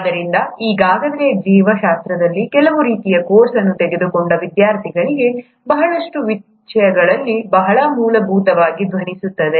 ಆದ್ದರಿಂದ ಈಗಾಗಲೇ ಜೀವಶಾಸ್ತ್ರದಲ್ಲಿ ಕೆಲವು ರೀತಿಯ ಕೋರ್ಸ್ ಅನ್ನು ತೆಗೆದುಕೊಂಡ ವಿದ್ಯಾರ್ಥಿಗಳಿಗೆ ಬಹಳಷ್ಟು ವಿಷಯಗಳು ಬಹಳ ಮೂಲಭೂತವಾಗಿ ಧ್ವನಿಸುತ್ತದೆ